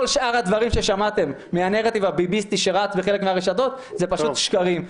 כל שאר הדברים ששמעתם מהנרטיב הביביסטי שרץ בחלק מהרשתות זה פשוט שקרים.